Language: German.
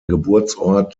geburtsort